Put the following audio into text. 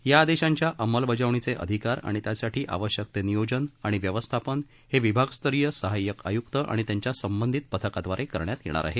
या आदेशांच्या अंमलबजावणीचे अधिकार आणि त्यासाठी आवश्यक ते नियोजन व व्यवस्थापन हे विभागस्तरीय सहाय्यक आय्क्त आणि त्यांच्या संबंधित पथकादवारे करण्यात येणार आहे